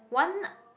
one